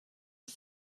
was